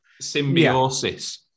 Symbiosis